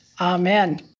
Amen